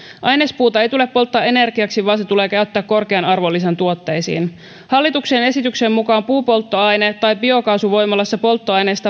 ainespuuta ei tule polttaa energiaksi vaan se tulee käyttää korkean arvonlisän tuotteisiin hallituksen esityksen mukaan puupolttoaine tai biokaasuvoimalassa polttoaineesta